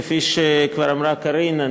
כפי שכבר אמרה קארין,